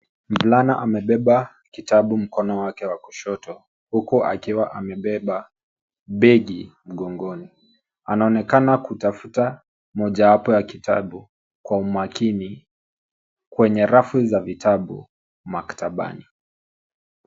Mvulana amebeba kitabu mkono wake wa kushoto huku akiwa amebeba begi mgongoni. Anaonekana kutafuta mojawapo ya kitabu kwa umakini kwenye rafu za vitabu maktabani.